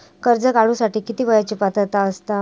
कर्ज काढूसाठी किती वयाची पात्रता असता?